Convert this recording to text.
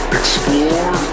explore